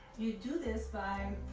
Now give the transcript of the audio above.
you do this by